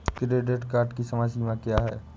Credit card की समय सीमा क्या है?